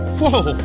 Whoa